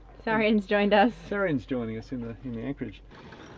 sarean's joined us. sarean's joining us in the in the anchorage.